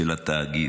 של התאגיד.